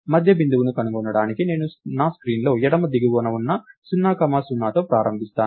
మధ్య బిందువును కనుగొనడానికి నేను నా స్క్రీన్లో ఎడమ దిగువన ఉన్న 0 కామా 0తో ప్రారంభిస్తాను